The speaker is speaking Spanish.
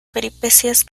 peripecias